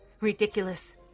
Ridiculous